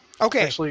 Okay